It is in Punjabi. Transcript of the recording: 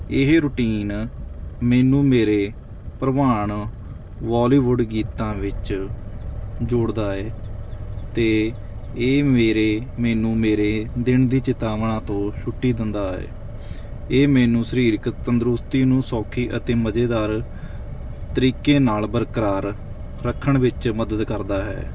ਇਹ ਰੂਟੀਨ ਮੈਨੂੰ ਮੇਰੇ ਭਰਵਾਨ ਬੋਲੀਬੁੱਡ ਗੀਤਾਂ ਵਿੱਚ ਜੋੜਦਾ ਏ ਅਤੇ ਇਹ ਮੇਰੇ ਮੈਨੂੰ ਮੇਰੇ ਦਿਨ ਦੀ ਚੇਤਾਵਨਾ ਤੋਂ ਛੁੱਟੀ ਦਿੰਦਾ ਹੈ ਇਹ ਮੈਨੂੰ ਸਰੀਰਕ ਤੰਦਰੁਸਤੀ ਨੂੰ ਸੌਖੀ ਅਤੇ ਮਜ਼ੇਦਾਰ ਤਰੀਕੇ ਨਾਲ ਬਰਕਰਾਰ ਰੱਖਣ ਵਿੱਚ ਮਦਦ ਕਰਦਾ ਹੈ